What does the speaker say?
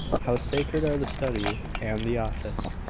how sacred are the study and the office,